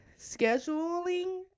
scheduling